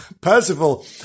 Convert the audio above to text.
Percival